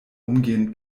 umgehend